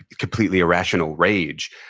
completely irrational rage,